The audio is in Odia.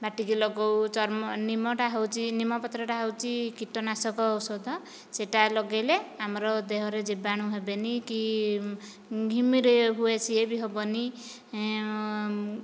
ବାଟିକି ଲଗଉ ଚର୍ମ ନିମ ଟା ହଉଛି ନିମ ପତ୍ର ଟା ହେଉଛି କୀଟ ନାଶକ ଔଷଧ ସେହିଟା ଲଗାଇଲେ ଆମର ଦେହରେ ଜୀବାଣୁ ହେବେନି କି ଘିମିରି ହୁଏ ସିଏ ବି ହେବନି